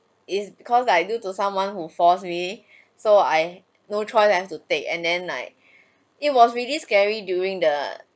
is because I do to someone who force me so I no choice I have to take and at like it was really scary during the